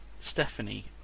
Stephanie